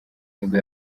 nibwo